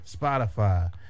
spotify